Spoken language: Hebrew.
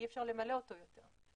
ואי-אפשר למלא אותו יותר.